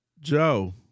Joe